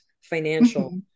financial